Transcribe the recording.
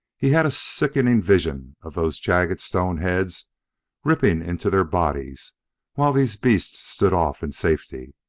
he had a sickening vision of those jagged stone heads ripping into their bodies while these beasts stood off in safety.